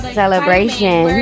celebration